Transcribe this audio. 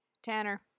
tanner